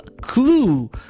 clue